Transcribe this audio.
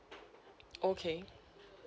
okay